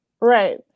right